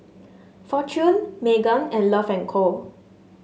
Fortune Megan and Love and Co